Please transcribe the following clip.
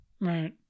Right